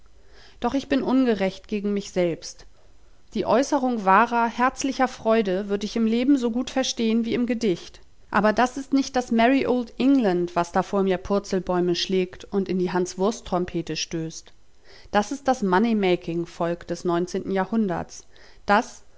doch ich bin ungerecht gegen mich selbst die äußerung wahrer herzlicher freude würd ich im leben so gut verstehn wie im gedicht aber das ist nicht das merry old england was da vor mir purzelbäume schlägt und in die hanswurst trompete stößt das ist das money making volk des neunzehnten jahrhunderts das